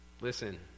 Listen